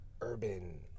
urban